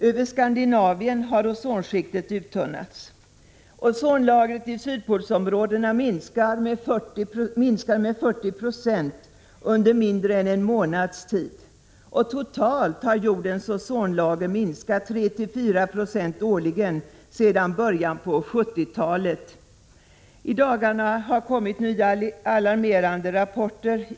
Över Skandinavien har ozonskiktet uttunnats. Ozonlagret i sydpolsområdena har minskat med 40 96 under mindre än en månads tid. Totalt har jordens ozonlager minskat 3—4 96 årligen sedan början av 1970-talet. I dagarna har det kommit nya alarmerande rapporter.